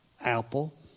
apple